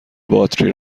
باتری